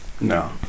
No